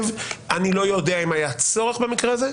אני לא יודע אם היה צורך במקרה הזה,